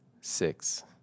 Six